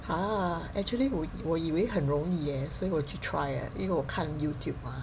!huh! actually 我我以为很容易 eh 所以我去 try eh 因为我看 YouTube 嘛